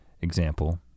example